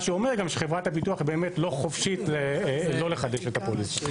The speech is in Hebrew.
מה שאומר גם שבחברת הביטוח באמת לא חופשית לא לחדש את הפוליסה.